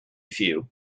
few